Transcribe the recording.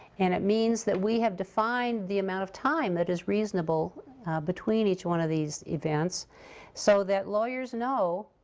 and it means that we have defined the amount of time that is reasonable between each one of these events so that lawyers know,